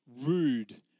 rude